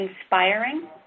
inspiring